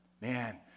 Man